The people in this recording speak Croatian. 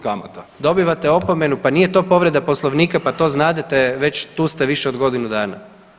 Dobivate opomenu, pa nije to povreda Poslovnika, pa to znadete, već tu ste više od godinu dana.